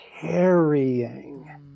carrying